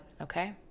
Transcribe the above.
Okay